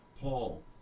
Paul